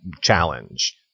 challenge